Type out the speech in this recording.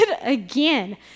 again